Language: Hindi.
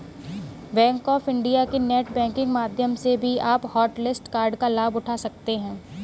बैंक ऑफ इंडिया के नेट बैंकिंग माध्यम से भी आप हॉटलिस्ट कार्ड का लाभ उठा सकते हैं